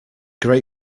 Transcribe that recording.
very